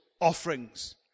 offerings